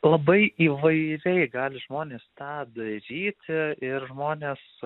labai įvairiai gali žmonės tą daryti ir žmonės